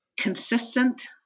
consistent